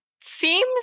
seems